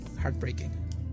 heartbreaking